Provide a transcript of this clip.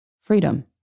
freedom